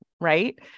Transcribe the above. Right